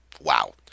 Wow